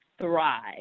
thrive